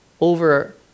over